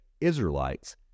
Israelites